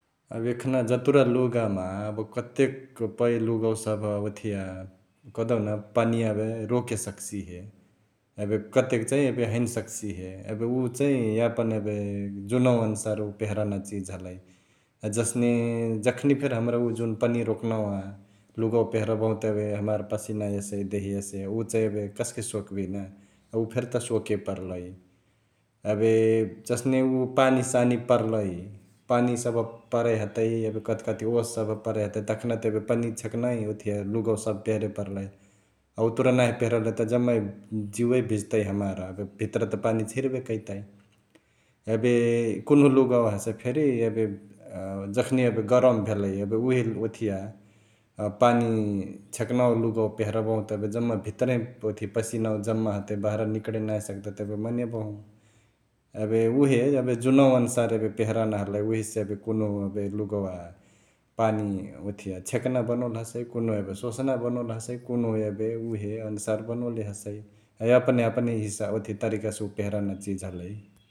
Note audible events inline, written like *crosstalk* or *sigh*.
एबे एखना जतुरा लुगामा कतेकपै लुगवा सभ ओथिया कहदेउन पनिया एबे रोके सक्सिहे । एबे कतेक चैं एबे हैने सक्सिहे एबे उअ चैं यापन एबे जुनवा अनुसार उअ पेहरना चीज हलई । अ जसने जखनी फेरी उ जुन पनिया रोक्नावा लुगवा पेहरबहुत एबे हमार पसिना यसै देहिया से उ चैं एबे कस्के सोक्बिया ना उ फेरी त सोके पर्लई । एबे जसने उ पानीसानी पर्लई पानी सभ परै हतै एबे कथिकथी ओस सभ परै हतई तखना त एबे पनिया छेक्नावई ओथिया लुगवा सभ पहेरे परलई । उतुरा नाँही पेहरले त जम्मै जुउवा भिजतई हमार एबे भित्रा त पानी छिर्बे करतई । एबे कुन्हु लुगवा हसे फेरी एबे जखनी एबे गरम भेलई एबे उहे ओथिया अ पानी छेक्नावा लुगवा पेहरबहुत एबे जम्मे भित्रहिं ओथिया पसिनवा जम्मा हतै बहरा निकडे नाँही सकतई त एबे मनेबहु । एबे उहे एबे जुनवा अनुसार एबे पेहरना हलई उहेसे एबे कुन्हु एबे लुगवा पानी ओथिया छेक्ना बनोले हसै कुन्हु एबे सोसना बनोले हसै कुन्हु एबे उहे अनुसार बनोले हसै ।यापन यापन् *unintelligible* ओथिया तरिका से उअ पेहरना चिज हलई ।